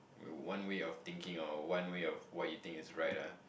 one way of thinking or one way of what you think is right ah